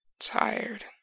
Tired